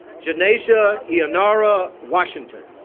janaysia eyanara washington